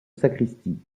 sacristie